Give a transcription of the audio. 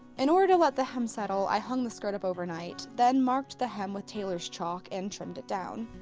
in order to let the hem settle, i hung the skirt up overnight, then marked the hem with tailor's chalk and trimmed it down.